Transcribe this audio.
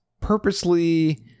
purposely